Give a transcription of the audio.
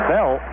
Bell